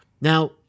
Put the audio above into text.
Now –